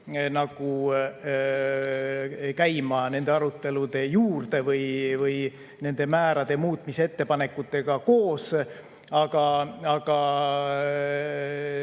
peaks käima nende arutelude juurde või nende määrade muutmise ettepanekute juurde. Aga